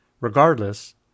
Regardless